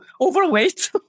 overweight